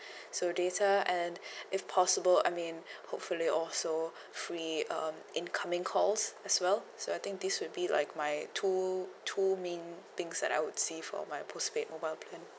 so data and if possible I mean hopefully also free um incoming calls as well so I think this will be like my two two main things that I would say for my postpaid mobile plan